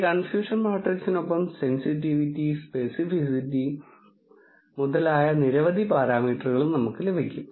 ഈ കൺഫ്യൂഷൻ മാട്രിക്സിനൊപ്പം sensitivity specificity മുതലായ നിരവധി പാരാമീറ്ററുകളും നമുക്ക് ലഭിക്കും